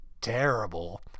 terrible